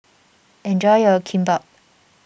enjoy your Kimbap